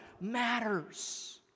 matters